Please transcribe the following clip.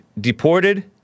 deported